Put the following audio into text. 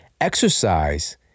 Exercise